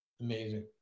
Amazing